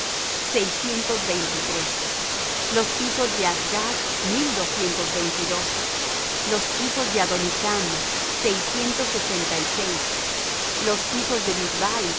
seiscientos veinte y tres los hijos de azgad mil doscientos veinte y dos los hijos de adonicam seiscientos sesenta y seis los hijos de bigvai dos